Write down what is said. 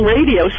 Radio